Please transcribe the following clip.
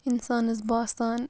اِنسانَس باسان